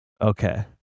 Okay